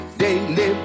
daily